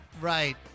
Right